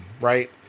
right